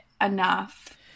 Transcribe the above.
enough